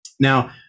Now